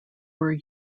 were